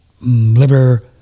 liver